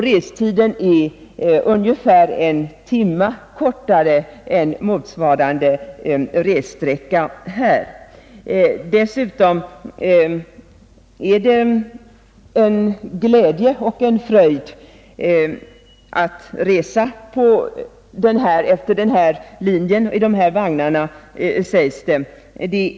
Restiden är ungefär en timme kortare än restiden på motsvarande sträcka här. Dessutom är det en glädje och en fröjd att resa på denna linje och i dessa vagnar, sägs det.